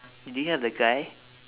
do you have the guy